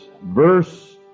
Verse